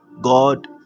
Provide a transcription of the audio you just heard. God